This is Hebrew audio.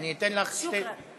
אני אתן לך שתי, כן, שוכראן.